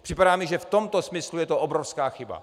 Připadá mi, že v tomto smyslu je to obrovská chyba.